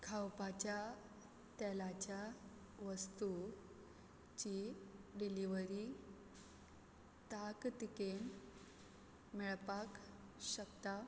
खावपाच्या तेलाच्या वस्तूची डिलिव्हरी ताकतिकेन मेळपाक शकता